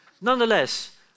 Nonetheless